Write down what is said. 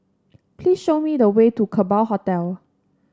please show me the way to Kerbau Hotel